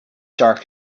dark